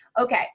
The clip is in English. Okay